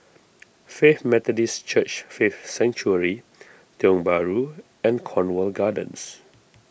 Faith Methodist Church Faith Sanctuary Tiong Bahru and Cornwall Gardens